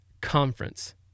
conference